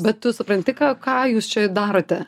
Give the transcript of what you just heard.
bet tu supranti ką ką jūs čia darote